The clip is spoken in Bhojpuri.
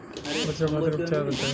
बचाव खातिर उपचार बताई?